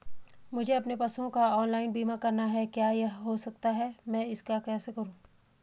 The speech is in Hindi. मुझे अपने पशुओं का ऑनलाइन बीमा करना है क्या यह हो सकता है मैं इसको कैसे करूँ?